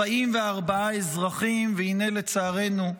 44 אזרחים, והינה, לצערנו,